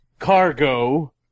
cargo